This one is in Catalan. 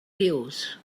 dius